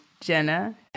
Jenna